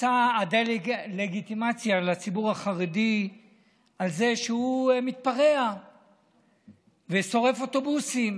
מסע הדה-לגיטימציה לציבור החרדי על זה שהוא מתפרע ושורף אוטובוסים